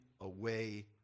away